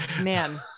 man